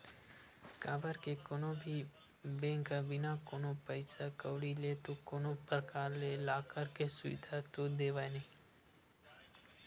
काबर के कोनो भी बेंक ह बिना कोनो पइसा कउड़ी ले तो कोनो परकार ले लॉकर के सुबिधा तो देवय नइ